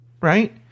Right